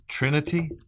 Trinity